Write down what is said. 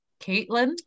caitlin